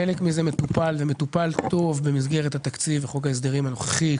חלק מזה מטופל טוב במסגרת התקציב וחוק ההסדרים הנוכחי,